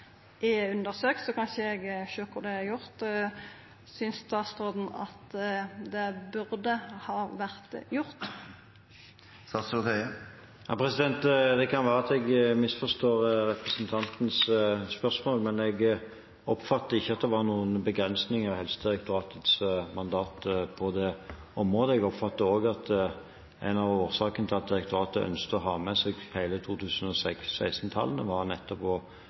er undersøkt, kan ikkje eg sjå kvar det er gjort. Synest statsråden at ein burde ha gjort det? Det kan være at jeg misforstår representantens spørsmål, men jeg oppfatter ikke at det var noen begrensninger i Helsedirektoratets mandat på det området. Jeg oppfatter òg at en av årsakene til at direktoratet ønsket å ha med seg tallene fra hele 2016, var nettopp